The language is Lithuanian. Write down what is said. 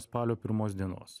spalio pirmos dienos